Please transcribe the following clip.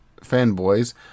fanboys